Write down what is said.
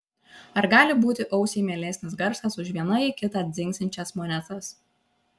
ar gali būti ausiai mielesnis garsas už viena į kitą dzingsinčias monetas